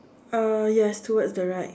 uh yes towards the right